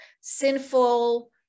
sinful